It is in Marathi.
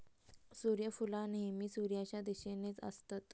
सुर्यफुला नेहमी सुर्याच्या दिशेनेच असतत